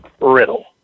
Riddle